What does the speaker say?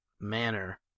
manner